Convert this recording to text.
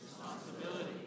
Responsibility